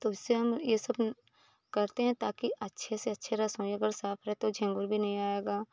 तो इससे हम यह सब करते हैं ताकि अच्छे से अच्छे रसोईघर साफ़ रहे तो झींगुर भी नहीं आएंगे